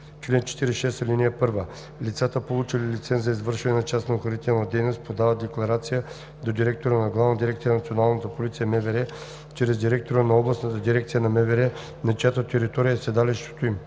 „Чл. 46. (1) Лицата, получили лиценз за извършване на частна охранителна дейност, подават декларация до директора на Главна дирекция „Национална полиция“ – МВР, чрез директора на областната дирекция на МВР, на чиято територия е седалището им,